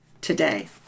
today